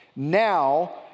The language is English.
Now